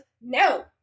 no